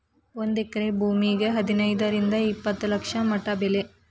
ಒಂದ ಎಕರೆ ಭೂಮಿಗೆ ಹದನೈದರಿಂದ ಇಪ್ಪತ್ತ ಲಕ್ಷ ಮಟಾ ಬೆಲೆ